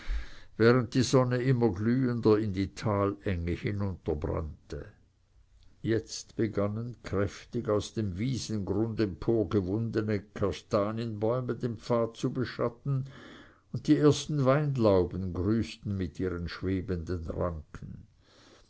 während die sonne immer glühender in die talenge hinunterbrannte jetzt begannen kräftig aus dem wiesengrunde emporgewundene kastanienbäume den pfad zu beschatten und die ersten weinlauben grüßten mit ihren schwebenden ranken